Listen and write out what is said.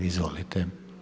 Izvolite.